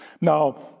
Now